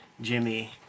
jimmy